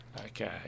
Okay